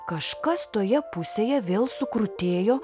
kažkas toje pusėje vėl sukrutėjo